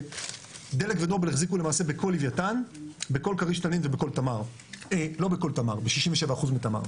דלק ודור החזיקו למעשה בכל לוויתן בכל כריש תנין וב-67% מתמר.